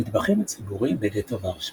המטבחים הציבוריים בגטו ורשה